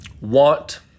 want